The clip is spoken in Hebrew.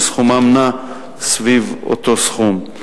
שסכומם נע סביב אותו סכום.